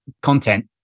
content